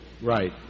Right